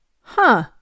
Huh